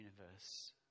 universe